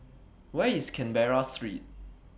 Where IS Canberra Street